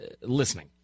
listening